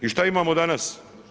I šta imamo danas?